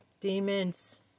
demons